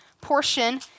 portion